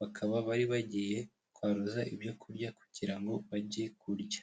bakaba bari bagiye kwaruza ibyo kurya kugira ngo bajye kurya.